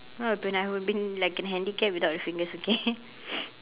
what happened I would have been like a handicap without the fingers okay